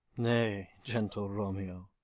nay, gentle romeo,